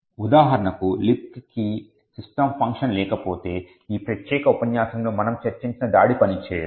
ఉదాహరణకు లిబ్క్కి system function లేకపోతే ఈ ప్రత్యేక ఉపన్యాసంలో మనము చర్చించిన దాడి పనిచేయదు